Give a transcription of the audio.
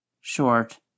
short